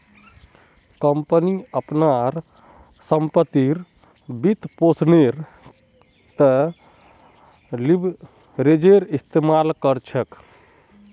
company अपनार संपत्तिर वित्तपोषनेर त न लीवरेजेर इस्तमाल कर छेक